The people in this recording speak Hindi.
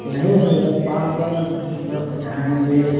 नहीं होगा पाँच सौ में बस सिखाएँगे